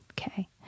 Okay